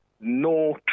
no